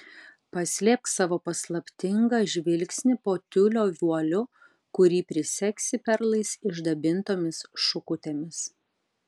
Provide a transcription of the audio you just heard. paslėpk savo paslaptingą žvilgsnį po tiulio vualiu kurį prisegsi perlais išdabintomis šukutėmis